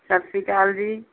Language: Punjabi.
ਸਤਿ ਸ਼੍ਰੀ ਅਕਾਲ ਜੀ